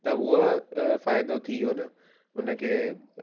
त उहो फ़ाइदो थी वियो न उन खे